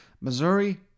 Missouri